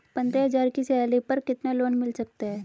पंद्रह हज़ार की सैलरी पर कितना लोन मिल सकता है?